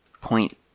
point